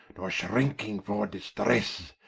nor shrinking for distresse,